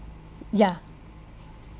yeah